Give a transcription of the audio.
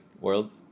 worlds